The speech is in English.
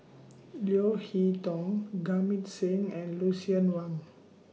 Leo Hee Tong Jamit Singh and Lucien Wang